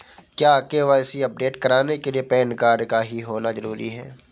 क्या KYC update कराने के लिए पैन कार्ड का ही होना जरूरी है?